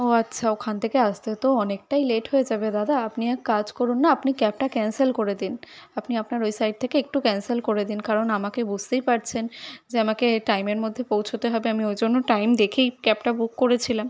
ও আচ্ছা ওখান থেকে আসতে তো অনেকটাই লেট হয়ে যাবে দাদা আপনি এক কাজ করুন না আপনি ক্যাবটা ক্যান্সেল করে দিন আপনি আপনার ওই সাইট থেকে একটু ক্যান্সেল করে দিন কারণ আমাকে বুঝতেই পারছেন যে আমাকে টাইমের মধ্যে পৌঁছোতে হবে আমি ওই জন্য টাইম দেখেই ক্যাবটা বুক করেছিলাম